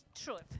truth